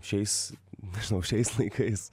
šiais nežinau šiais laikais